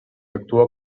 actua